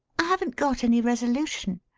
i haven't got any resolution.